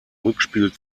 rückspiel